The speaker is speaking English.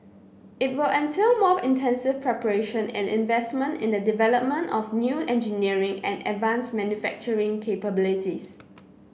it will entail more intensive preparation and investment in the development of new engineering and advanced manufacturing capabilities